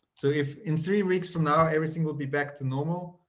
so if in three weeks from now everything will be back to normal,